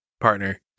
partner